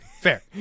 Fair